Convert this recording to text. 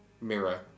mirror